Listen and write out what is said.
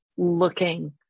looking